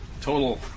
total